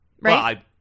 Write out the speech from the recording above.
right